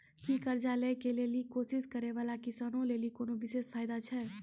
कि कर्जा लै के लेली कोशिश करै बाला किसानो लेली कोनो विशेष फायदा छै?